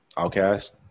outcast